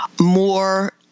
more